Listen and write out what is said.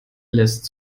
lässt